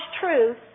truth